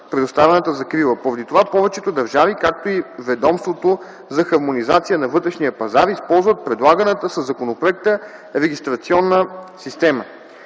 предоставената закрила. Поради това повечето държави, както и Ведомството за хармонизация на вътрешния пазар, използват предлаганата със законопроекта регистрационна система.